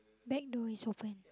back to his orphan